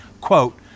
quote